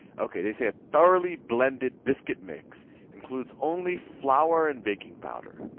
ok, they say a thoroughly blended biscuit mix includes only flour and baking powder.